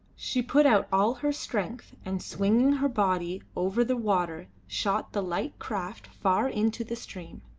she put out all her strength, and swinging her body over the water, shot the light craft far into the stream.